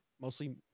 mostly